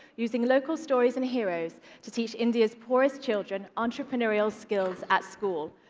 using local stories and heroes to teach india's poorest children entrepreneurial skills at school.